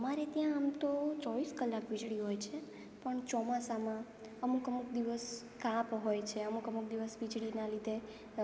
અમારે ત્યાં આમ તો ચોવીસ કલાક વીજળી હોય છે પણ ચોમાસામાં અમુક અમુક દિવસ કાપ હોય છે અમુક અમુક દિવસ વીજળીના લીધે